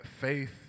faith